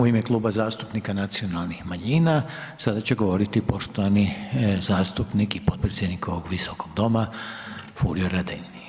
U ime Kluba zastupnika Nacionalnih manjina sada će govoriti poštovani zastupnik i potpredsjednik ovog Visokog doma Furio Radin.